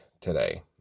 today